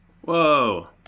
Whoa